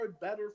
better